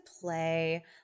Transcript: play